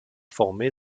formé